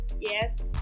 Yes